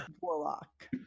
warlock